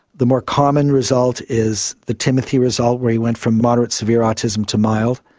the more common result is the timothy result where he went from moderate severe autism to mild.